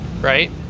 right